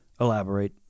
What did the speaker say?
Elaborate